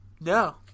No